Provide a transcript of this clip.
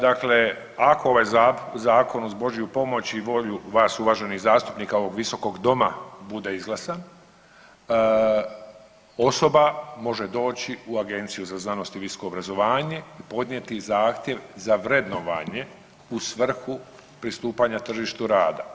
Dakle, ako ovaj zakon uz Božju pomoć i volju vas uvaženih zastupnika ovog visokog doma bude izglasan osoba može doći u Agenciju za znanost i visoko obrazovanje i podnijeti zahtjev za vrednovanje u svrhu pristupanja tržištu rada.